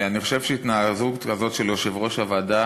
אני חושב שהתנהגות כזאת של יושב-ראש הוועדה